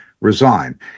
resign